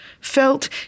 felt